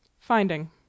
FINDING